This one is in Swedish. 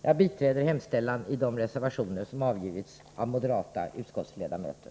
Jag biträder hemställan i de reservationer som avgivits av moderata utskottsledamöter.